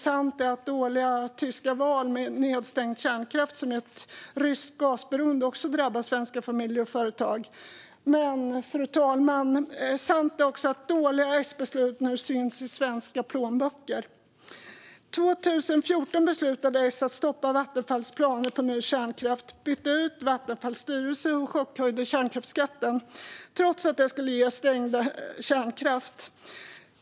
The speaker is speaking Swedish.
Sant är också att dåliga tyska val med nedstängd kärnkraft som har lett till ryskt gasberoende drabbar också svenska familjer och företag. Men sant är också att dåliga S-beslut nu syns i svenska plånböcker, fru talman. År 2014 beslutade S att stoppa Vattenfalls planer på ny kärnkraft. Man bytte ut Vattenfalls styrelse och chockhöjde kärnkraftsskatten, trots att det skulle leda till stängda kärnkraftverk.